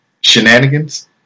shenanigans